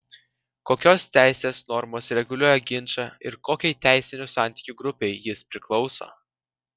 kokios teisės normos reguliuoja ginčą ir kokiai teisinių santykių grupei jis priklauso